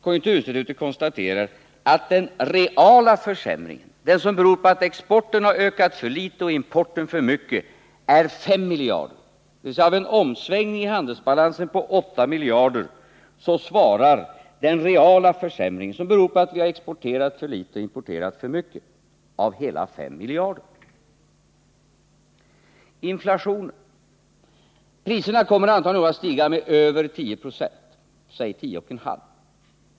Konjunkturinstitutet konstaterar att vid en omsvängning i handelsbalansen på 8 miljarder kronor svarar den reala försämringen, den som beror på att exporten har ökat för litet och importen för mycket, för hela 5 miljarder kronor. 131 När det gäller inflationen kommer priserna antagligen att stiga med över 10 96 — säg 10,5 96.